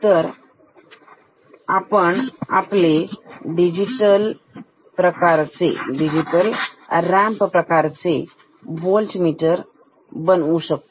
आता पण digital ramp प्रकारच्या मीटर कडे जाऊ ठीक